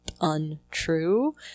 untrue